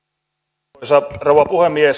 arvoisa rouva puhemies